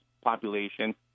population